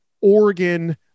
Oregon